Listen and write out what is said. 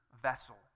vessel